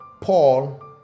Paul